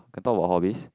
can talk about hobbies